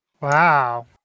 Wow